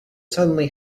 suddenly